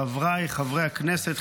חבריי חברי הכנסת,